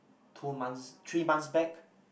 two months three months back